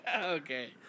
Okay